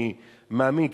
אני מאמין,